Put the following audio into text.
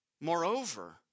Moreover